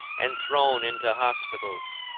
and thrown into hospitals,